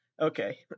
Okay